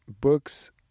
books